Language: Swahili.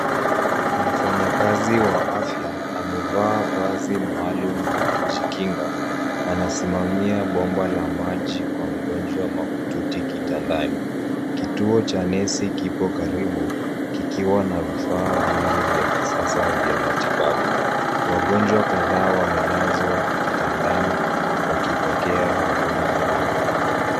Mfanyakazi wa afya amevaa vazi maalum la kujikinga, anasimamia bomba la maji kwa mgonjwa mahututi kitandani. Kituo cha nesi kipo karibu, kikiwa na vifaa vingi vya kisasa vya matibabu. Wagonjwa kadhaa wamelazwa kitandani wakipokea huduma muhimu.